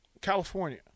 California